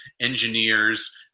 engineers